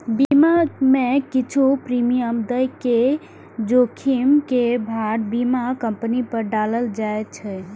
बीमा मे किछु प्रीमियम दए के जोखिम के भार बीमा कंपनी पर डालल जाए छै